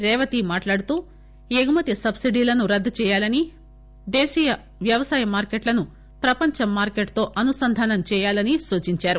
రేవతి మాట్లాడుతూ ఎగుమతి సబ్సిడీలను రద్దు చేయాలని దేశీయ వ్యవసాయ మార్కెట్లను ప్రపంచ మార్కెట్ తో అనుసంధానం చేయాలని సూచించారు